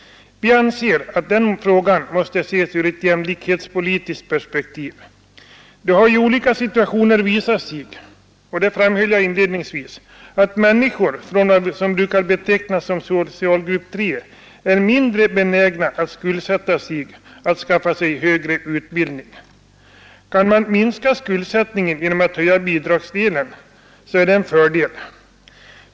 Vi anser att den frågan måste ses ur ett jämlikhetspolitiskt perspektiv. Det har ju i olika situationer visat sig — och det framhöll jag inledningsvis — att människor från vad som brukar betecknas som socialgrupp 3 är mindre benägna att skuldsätta sig, att skaffa sig högre utbildning. Kan man minska skuldsättningen genom att höja bidragsdelen så är det en fördel.